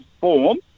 form